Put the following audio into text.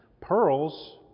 pearls